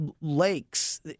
lakes